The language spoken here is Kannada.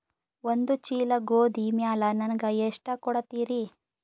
ಒಂದ ಚೀಲ ಗೋಧಿ ಮ್ಯಾಲ ನನಗ ಎಷ್ಟ ಕೊಡತೀರಿ?